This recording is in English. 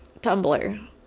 Tumblr